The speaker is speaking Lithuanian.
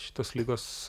šitos ligos